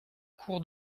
cour